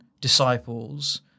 disciples